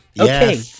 Okay